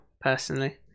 personally